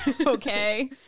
okay